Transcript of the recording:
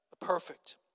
perfect